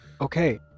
okay